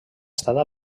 estada